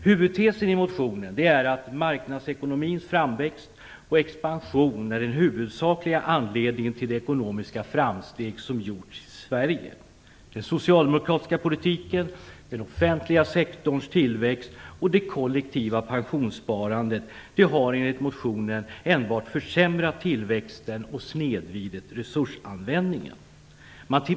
Huvudtesen i motionen är att marknadsekonomins framväxt och expansion är den huvudsakliga anledningen till de ekonomiska framsteg som gjorts i Sverige. Den socialdemokratiska politiken, den offentliga sektorns tillväxt och det kollektiva pensionssparandet har enligt motionärerna enbart försämrat tillväxten och snedvridit resursanvändningen.